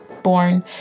born